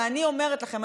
ואני אומרת לכם,